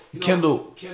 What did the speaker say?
Kendall